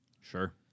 Sure